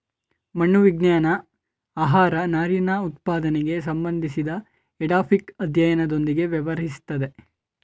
ಮಣ್ಣು ವಿಜ್ಞಾನ ಆಹಾರನಾರಿನಉತ್ಪಾದನೆಗೆ ಸಂಬಂಧಿಸಿದಎಡಾಫಿಕ್ಅಧ್ಯಯನದೊಂದಿಗೆ ವ್ಯವಹರಿಸ್ತದೆ